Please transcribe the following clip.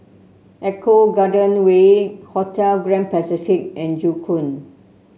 Eco Garden Way Hotel Grand Pacific and Joo Koon